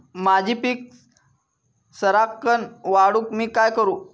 माझी पीक सराक्कन वाढूक मी काय करू?